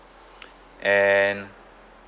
and